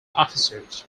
officers